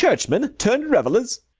churchmen turned revelers!